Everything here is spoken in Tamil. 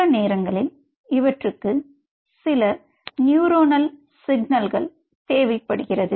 சில நேரங்களில் இவற்றுக்கு சில நிஐரோனால் சிக்னல் தேவை படுகிறது